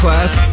Class